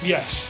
Yes